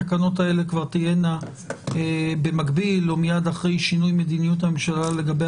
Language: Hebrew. התקנות האלה כבר תהיינה במקביל או מיד אחרי שינוי מדיניות הממשלה לגבי